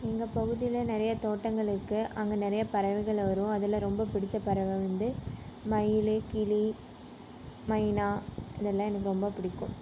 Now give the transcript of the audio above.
எங்கள் பகுதியில் நிறையா தோட்டங்கள் இருக்குது அங்கே நிறையா பறவைகள் வரும் அதில் ரொம்ப பிடித்தப் பறவை வந்து மயில் கிளி மைனா இதெல்லாம் எனக்கு ரொம்ப பிடிக்கும்